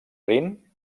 rin